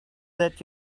that